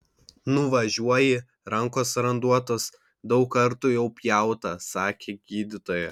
nuvažiuoji rankos randuotos daug kartų jau pjauta sakė gydytoja